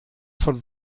von